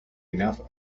enough